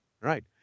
Right